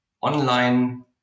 online